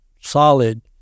solid